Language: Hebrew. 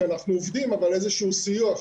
כי אנחנו עובדים אבל איזה שהוא סיוע,